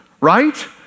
right